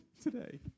today